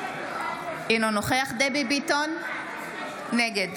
אינו נוכח דבי ביטון, נגד